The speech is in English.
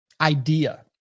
idea